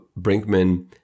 Brinkman